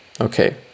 okay